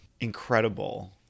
incredible